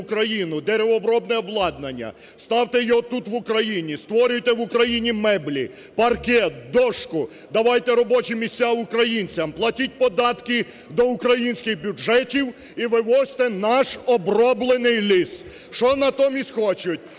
деревообробне обладнання, ставте його тут, в Україні, створюйте в Україні меблі, паркет, дошку, давайте робочі місця українцям, платіть податки до українських бюджетів і вивозьте наш оброблений ліс. Що натомість хочуть?